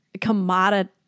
commodity